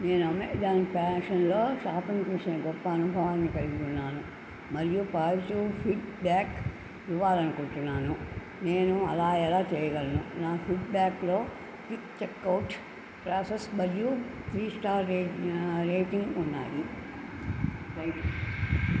నేను అమెజాన్ ఫ్యాషన్లో షాపింగ్ చేసిన గొప్ప అనుభవాన్ని కలిగి ఉన్నాను మరియు పాజిటివ్ ఫీడ్బ్యాక్ ఇవ్వాలనుకుంటున్నాను నేను అలా ఎలా చెయ్యగలను నా ఫీడ్బ్యాక్లో క్విక్ చెక్అవుట్ ప్రాసెస్ మరియు త్రీ స్టార్ రేట్ రేటింగ్ ఉన్నాయి